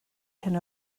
hyn